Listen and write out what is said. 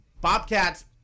Bobcats